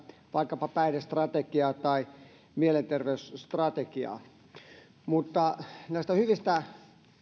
vaikkapa päihdestrategiaa tai mielenterveysstrategiaa näistä hyvistä